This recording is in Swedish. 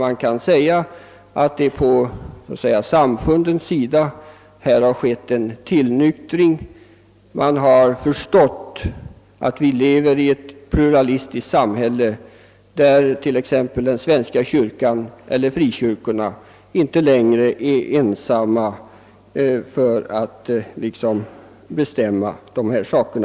Man kan också säga att det på samfundssidan nu har skett en tillnyktring. Man har där förstått att vi lever i ett pluralistiskt samhälle, där inte bara svenska kyrkan eller frikyrkorna är ensambestämmande i de religiösa frågorna.